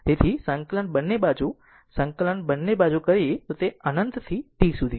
તેથી સંકલન બંને બાજુ કલન બંને બાજુ તે અનંત થી t સુધી